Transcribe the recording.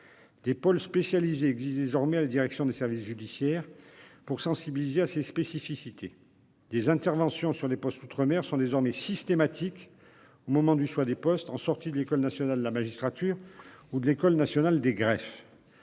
Des pôles spécialisés existent désormais à la direction des services judiciaires, pour sensibiliser aux spécificités de ces territoires. Des interventions sur les postes outre-mer sont désormais systématiques au moment des choix des postes, à la sortie de l'École nationale de la magistrature ou de l'École nationale des greffes.